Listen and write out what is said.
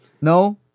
no